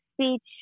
speech